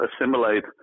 assimilate